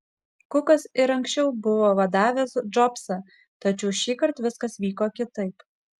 kukas ir anksčiau buvo vadavęs džobsą tačiau šįkart viskas vyko kitaip